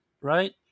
right